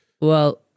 Well-